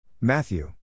Matthew